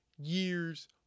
years